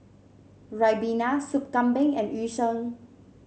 ribena Sup Kambing and Yu Sheng